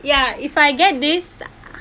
ya if I get this